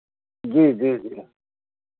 जी जी जी